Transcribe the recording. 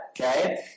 Okay